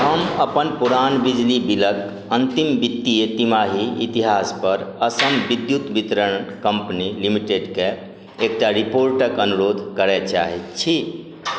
हम अपन पुरान बिजली बिलक अन्तिम वित्तीय तिमाही इतिहासपर असम विद्युत वितरण कम्पनी लिमिटेडके एकटा रिपोर्टक अनुरोध करय चाहैत छी